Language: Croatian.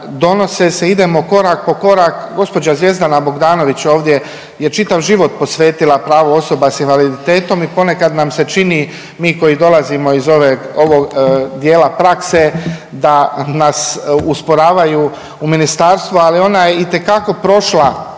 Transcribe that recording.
Donose se, idemo korak po korak, gđa. Zvjezdana Bogdanović ovdje je čitav život posvetila pravu osoba s invaliditetom i ponekad nam se čini, mi koji dolazimo iz ove, ovog dijela prakse da nas usporavaju u ministarstvu, ali ona je itekako prošla